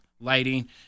lighting